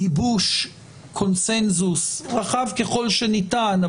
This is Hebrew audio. גיבוש קונצנזוס רחב ככל שניתן,